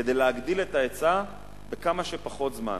כדי להגדיל את ההיצע בכמה שפחות זמן,